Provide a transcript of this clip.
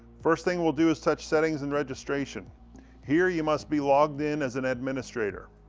first thing we'll do is touch settings and registration here you must be logged in as an administrator.